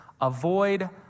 avoid